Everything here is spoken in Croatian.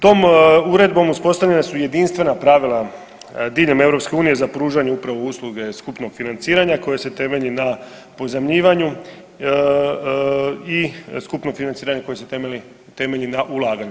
Tom uredbom uspostavljena su jedinstvena pravila diljem EU za pružanje upravo usluge skupnog financiranja koje se temelji na pozajmljivanju i skupno financiranje koje se temelji na ulaganju.